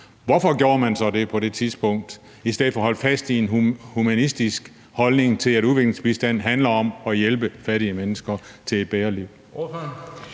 Hvorfor gjorde man så det på det tidspunkt i stedet for at holde fast i en humanistisk holdning til, at udviklingsbistand handler om at hjælpe fattige mennesker til et bedre liv?